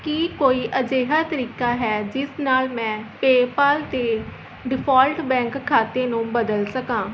ਕੀ ਕੋਈ ਅਜਿਹਾ ਤਰੀਕਾ ਹੈ ਜਿਸ ਨਾਲ ਮੈਂ ਪੇਪਾਲ 'ਤੇ ਡਿਫੋਲਟ ਬੈਂਕ ਖਾਤੇ ਨੂੰ ਬਦਲ ਸਕਾਂ